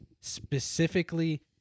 specifically